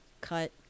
cut